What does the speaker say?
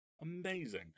amazing